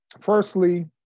Firstly